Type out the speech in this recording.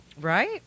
Right